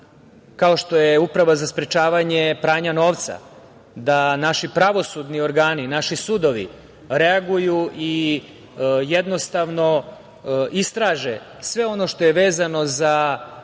kao što je Uprava za sprečavanje pranja novca, da naši pravosudni organi, naši sudovi reaguju i jednostavno istraže sve ono što je vezano za